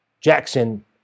Jackson